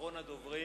אחרון הדוברים.